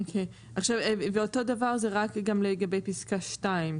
אוקיי ועכשיו אותו דבר זה רק גם לגבי פסקה 2,